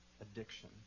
addiction